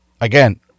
again